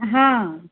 हाँ